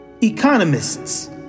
economists